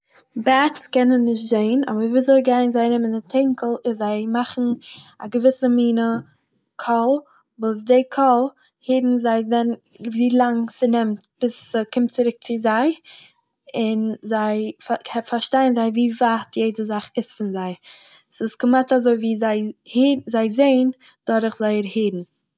בעט'ס קענען נישט זעהן, אבער וויזוי גייען זיי ארום אין די טינקעל איז זיי מאכן א געוויסע מינע קול, וואס דער קול הערן זיי ווען ווי לאנג ס'נעמט ביז ס'קומט צוריק צו זיי און זיי פאר פארשטייען זיי ווי ווייט יעדער זאך איז פון זיי, ס'איז כמעט אזוי ווי זיי זעהן דורך זייער הערן.